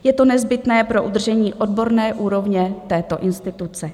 Je to nezbytné pro udržení odborné úrovně této instituce.